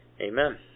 Amen